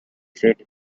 said